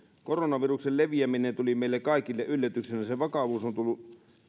koronaviruksen leviäminen tuli meille kaikille yllätyksenä sen vakavuus on tullut